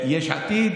יש עתיד,